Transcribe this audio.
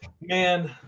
Man